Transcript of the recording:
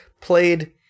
played